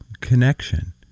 connection